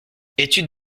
étude